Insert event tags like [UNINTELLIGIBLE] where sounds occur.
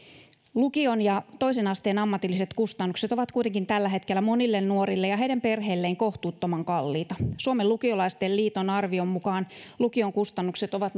lukion ja toisen asteen ammatillisen koulutuksen kustannukset ovat kuitenkin tällä hetkellä monille nuorille ja heidän perheilleen kohtuuttoman kalliita suomen lukiolaisten liiton arvion mukaan lukion kustannukset ovat [UNINTELLIGIBLE]